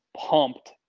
pumped